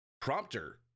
prompter